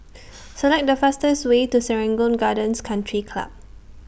Select The fastest Way to Serangoon Gardens Country Club